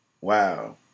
wow